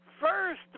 First